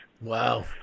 Wow